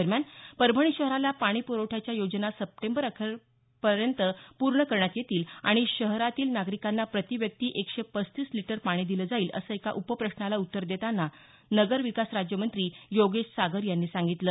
दरम्यान परभणी शहराला पाणी प्रवठ्याच्या योजना सप्टेंबर अखेर पूर्ण करण्यात येतील आणि शहरातील नागरिकांना प्रति व्यक्ती एकशे पस्तीस लिटर पाणी दिलं जाईल असं एका उपप्रश्नाला उत्तर देताना नगरविकास राज्यमंत्री योगेश सागर यांनी सांगितलं